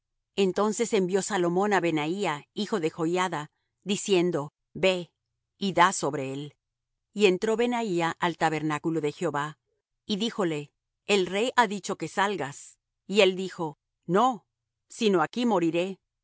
entonces envió salomón á benaía hijo de joiada diciendo ve y da sobre él y entró benaía al tabernáculo de jehová y díjole el rey ha dicho que salgas y él dijo no sino aquí moriré